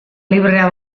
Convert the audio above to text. librea